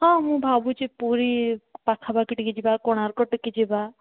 ହଁ ମୁଁ ଭାବୁଛି ପୁରୀ ପାଖାପାଖି ଟିକେ ଯିବା କୋଣାର୍କ ଟିକେ ଯିବା